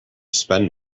spend